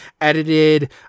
edited